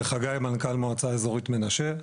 חגי, מנכ"ל מועצה אזורית מנשה.